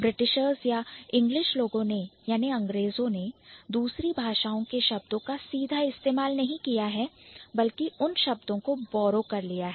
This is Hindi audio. Britishers English लोगों ने याने अंग्रेजों ने दूसरी भाषाओं के शब्दों का सीधा इस्तेमाल नहीं किया है बल्कि उन शब्दों को Borrow उधार लिया किया है